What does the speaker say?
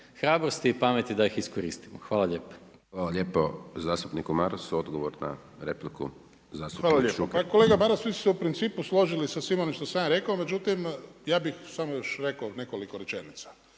hrabrosti i pameti da ih iskoristimo. Hvala lijepo. **Hajdaš Dončić, Siniša (SDP)** Hvala lijepo zastupniku Marasu. Odgovor na repliku zastupnik Šuker. **Šuker, Ivan (HDZ)** Hvala lijepo. Pa kolega Maras, vi ste se u principu složili sa svime onime što sam ja rekao, međutim, ja bih samo još rekao nekoliko rečenica.